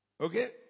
Okay